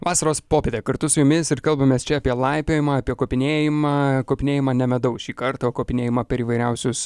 vasaros popietė kartu su jumis ir kalbamės čia apie laipiojimą apie kopinėjimą kopinėjimą ne medaus šį kartą o kopinėjimą per įvairiausius